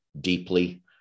deeply